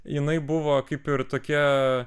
jinai buvo kaip ir tokia